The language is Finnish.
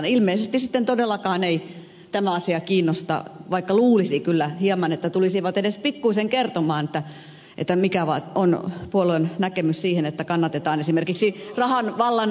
ilmeisesti sitten todellakaan ei tämä asia kiinnosta vaikka luulisi kyllä hieman että tulisivat edes pikkuisen kertomaan mikä on puolueen näkemys miksi ei kannateta rahan vallan